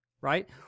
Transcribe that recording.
right